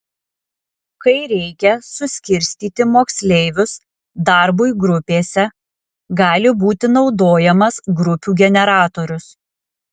kai reikia suskirstyti moksleivius darbui grupėse gali būti naudojamas grupių generatorius